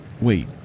Wait